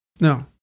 No